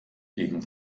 gegen